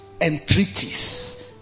entreaties